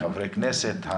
חברי כנסת,